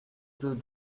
deux